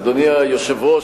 אדוני היושב-ראש,